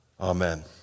Amen